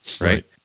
right